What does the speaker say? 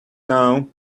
now